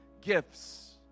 Gifts